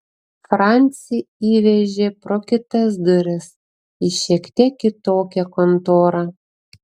francį įvežė pro kitas duris į šiek tiek kitokią kontorą